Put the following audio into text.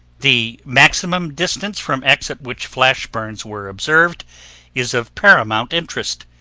the maximum distance from x at which flash burns were observed is of paramount interest.